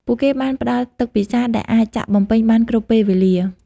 ពួកគេបានផ្តល់ទឹកពិសាដែលអាចចាក់បំពេញបានគ្រប់ពេលវេលា។